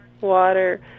water